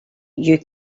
you